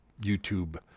YouTube